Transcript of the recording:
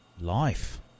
Life